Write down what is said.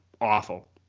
awful